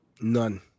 None